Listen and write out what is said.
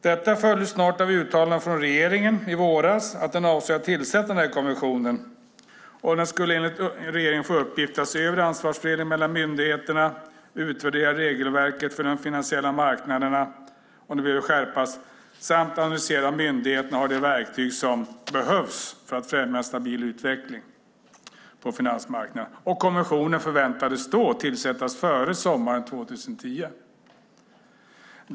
Detta följdes i våras av uttalanden från regeringen att man avsåg att tillsätta kommissionen. Den skulle enligt regeringen få i uppgift att se över ansvarfördelningen mellan myndigheterna, utvärdera om regelverket för de finansiella marknaderna behöver skärpas och analysera om myndigheterna har de verktyg som behövs för att främja en stabil utveckling. Kommissionen förväntades då tillsättas före sommaren 2010.